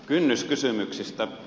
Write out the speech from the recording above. kynnyskysymyksistä